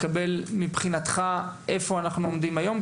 לקבל מבחינתך איפה אנחנו עומדים היום.